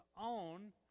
own